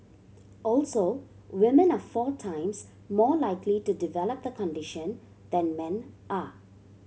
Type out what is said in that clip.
also women are four times more likely to develop the condition than men are